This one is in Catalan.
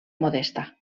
modesta